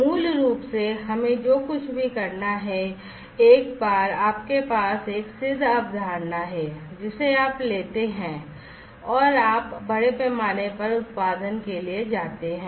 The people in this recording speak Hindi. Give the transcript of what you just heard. मूल रूप से हमें जो कुछ भी करना है एक बार आपके पास एक सिद्ध अवधारणा है जिसे आप लेते हैं और आप बड़े पैमाने पर उत्पादन के लिए जाते हैं